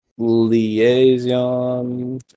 Liaison